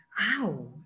wow